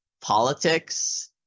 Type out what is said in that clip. Politics